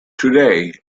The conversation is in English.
today